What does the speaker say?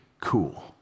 cool